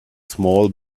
small